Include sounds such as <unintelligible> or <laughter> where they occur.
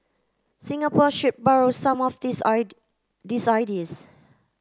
Singapore should borrow some of these <unintelligible> these ideas